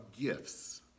gifts